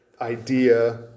idea